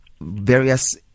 various